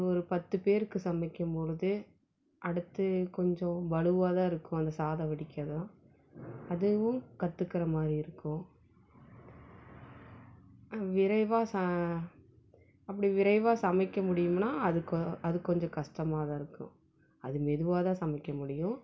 ஒரு பத்து பேருக்கு சமைக்கம்பொழுது அடுத்து கொஞ்சம் வலுவாகதான் இருக்கும் அந்த சாதம் வடிக்கலாம் அதுவும் கற்றுக்கறமாதிரி இருக்கும் விரைவாக ச அப்படி விரைவாக சமைக்க முடியும்ன்னா அதுக்கு அது கொஞ்சம் கஷ்டமாகதான் இருக்கும் அது மெதுவாகதான் சமைக்க முடியும்